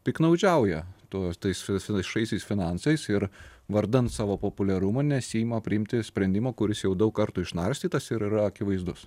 piktnaudžiauja tuo tais viešaisiais finansais ir vardan savo populiarumo nesiima priimti sprendimo kuris jau daug kartų išnarstytas ir yra akivaizdus